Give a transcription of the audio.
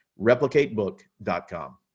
ReplicateBook.com